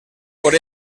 por